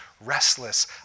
restless